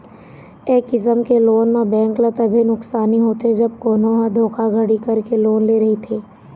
ए किसम के लोन म बेंक ल तभे नुकसानी होथे जब कोनो ह धोखाघड़ी करके लोन ले रहिथे